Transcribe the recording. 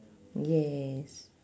yes